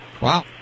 Wow